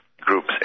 groups